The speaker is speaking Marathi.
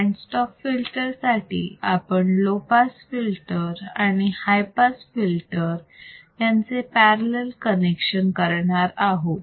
बँड स्टॉप फिल्टर साठी आपण लो पास फिल्टर आणि हाय पास फिल्टर यांचे पॅरलल कनेक्शन करणार आहोत